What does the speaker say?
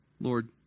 Lord